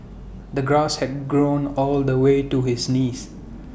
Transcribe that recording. the grass had grown all the way to his knees